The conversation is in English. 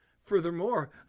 Furthermore